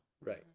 Right